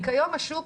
כי כיום השוק,